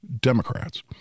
Democrats